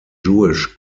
jewish